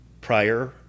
prior